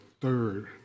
third